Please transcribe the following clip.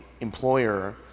employer